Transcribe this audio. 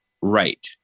right